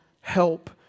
help